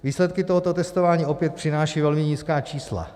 Výsledky tohoto testování opět přinášejí velmi nízká čísla.